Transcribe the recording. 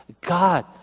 God